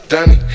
Danny